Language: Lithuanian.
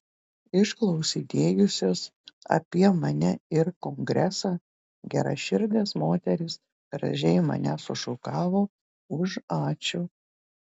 išklausinėjusios apie mane ir kongresą geraširdės moterys gražiai mane sušukavo už ačiū